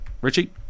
Richie